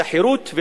את החירות,